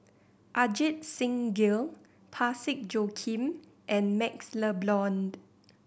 Ajit Singh Gill Parsick Joaquim and MaxLe Blond